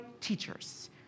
teachers